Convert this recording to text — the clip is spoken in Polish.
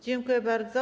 Dziękuję bardzo.